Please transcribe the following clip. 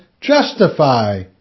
justify